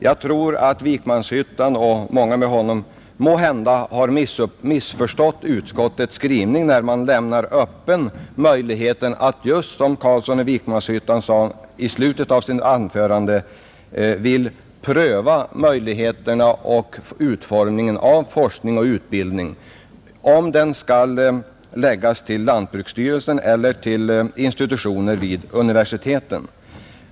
Jag tror att herr Carlsson i Vikmanshyttan och många med honom måhända har missförstått utskottets skrivning där det sägs att man, just som herr Carlsson i Vikmanshyttan sade i slutet av sitt anförande, vill pröva möjligheterna för och utformningen av forskning och utbildning och undersöka om den skall förläggas till lantbrukshögskolan eller till institutioner vid universiteten.